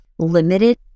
Limited